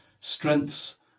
strengths